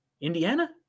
Indiana